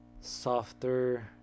softer